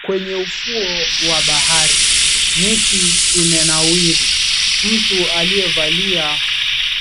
Kwenye ufuo wa bahari miti imenawiri, mtu aliyevalia